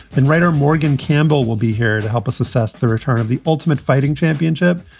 and writer morgan campbell will be here to help us assess the return of the ultimate fighting championship,